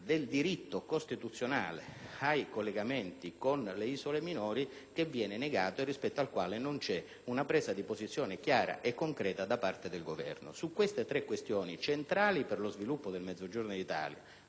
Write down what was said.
il diritto costituzionale ai collegamenti con le isole minori che viene negato e rispetto al quale non c'è una presa di posizione chiara e concreta da parte del Governo. Su tali tre questioni, centrali per lo sviluppo del Mezzogiorno in Italia